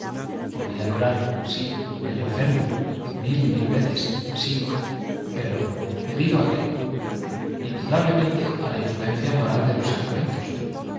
podía durar sí el enfermo mil y mil veces sí pero debido a qué indudablemente a la influencia moral de los sacramentos